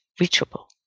reachable